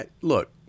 look